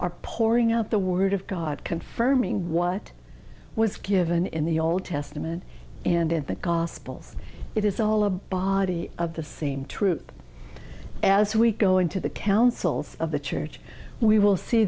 are pouring out the word of god confirming what was given in the old testament and in the gospels it is all a body of the same troop as we go into the councils of the church we will see